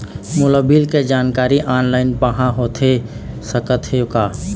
मोला बिल के जानकारी ऑनलाइन पाहां होथे सकत हे का?